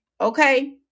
okay